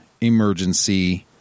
emergency